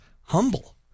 humble